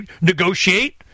negotiate